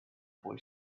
boy